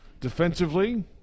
Defensively